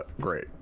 great